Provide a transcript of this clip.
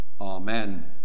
Amen